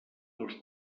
dels